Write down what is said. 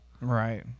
Right